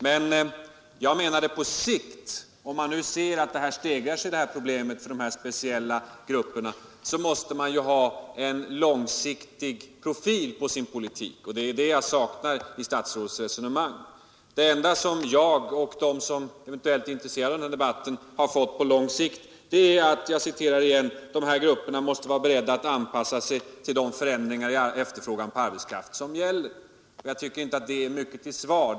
Men jag menade att man på sikt, om man nu ser att problemen hopar sig för de här grupperna, måste ha en profil på sin politik, och det är detta jag saknar i statsrådets resonemang. Det enda som jag och de som eventuellt är intresserade av den här debatten har fått på lång sikt är beskedet att de här grupperna — jag citerar igen — ”måste vara beredda att anpassa sig till de förändringar i efterfrågan på arbetskraft” som gäller. Jag tycker inte att det är mycket till svar.